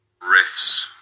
riffs